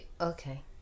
Okay